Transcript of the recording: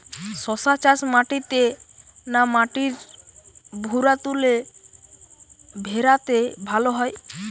শশা চাষ মাটিতে না মাটির ভুরাতুলে ভেরাতে ভালো হয়?